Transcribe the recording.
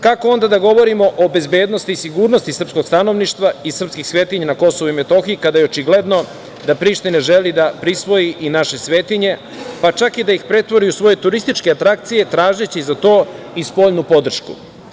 Kako onda da govorimo o bezbednosti i sigurnosti srpskog stanovništva i srpskih svetinja na KiM, kada je očigledno da Priština želi da prisvoji i naše svetinje, pa čak i da ih pretvori u svoje turističke atrakcije, tražeći za to i spoljnu podršku?